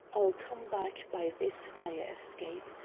i'll come back by this fire-escape.